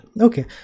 okay